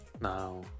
Now